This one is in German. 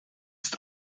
ist